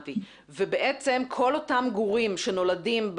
ובעצם כל אותם גורים שנולדים,